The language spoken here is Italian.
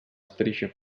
striscia